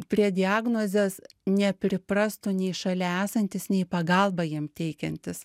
prie diagnozės nepriprastų nei šalia esantis nei pagalbą jam teikiantis